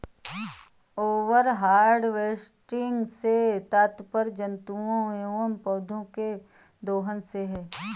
over harvesting से तात्पर्य जंतुओं एंव पौधौं के दोहन से है